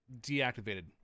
deactivated